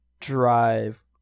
drive